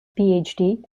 phd